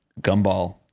gumball